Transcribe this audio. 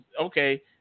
okay